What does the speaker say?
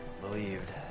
believed